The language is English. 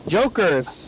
Jokers